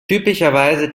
typischerweise